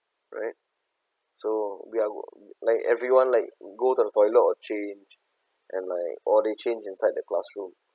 right so we're like everyone like go to the toilet for change and like or they change inside the classroom